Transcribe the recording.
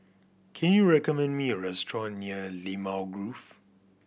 can you recommend me a restaurant near Limau Grove